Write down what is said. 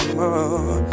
more